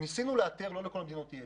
לא לכל המדינות יש,